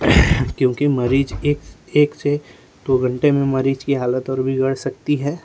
क्योंकि मरीज एक एक से दो घंटे में मरीज की हालत और बिगड़ सकती है